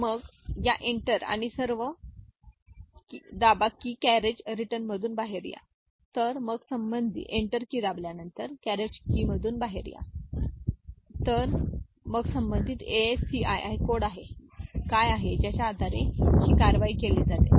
तर मग या एंटर आणि सर्व दाबा की कॅरेज रिटर्न मधून बाहेर या तर मग संबंधित ASCII कोड काय आहे ज्याच्या आधारे काही कारवाई केली जाते